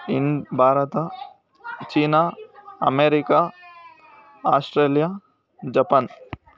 in Bharat China America Australia Japan